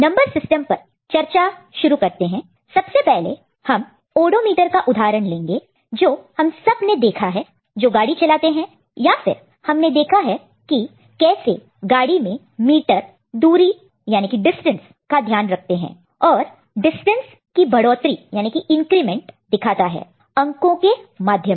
number system पर चर्चा शुरू करते हैं सबसे पहले हम ओडोमीटर का उदाहरण लेंगे जो हम सब ने देखा है जो गाड़ी चलाते हैं या फिर हमने देखा है कि कैसे गाड़ी में मीटर दूरी डिस्टेंस distance का ध्यान रखते हैं और डिस्टेंस की बढ़ोतरी इंक्रीमेंट increment दिखाता है अंको नंबरस numbers के माध्यम से